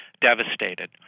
devastated